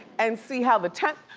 and see how the tenth,